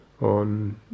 on